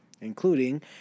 including